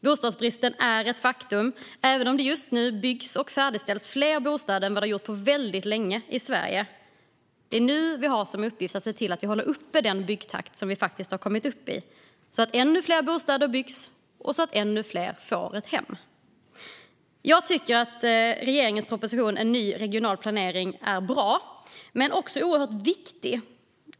Bostadsbristen är ett faktum, även om det just nu byggs och färdigställs fler bostäder än på väldigt länge i Sverige. Det är nu vi har i uppgift att se till att vi håller uppe den byggtakt vi faktiskt har kommit upp i, så att ännu fler bostäder byggs och ännu fler får ett hem. Jag tycker att regeringens proposition En ny regional planering är bra, och den är också oerhört viktig.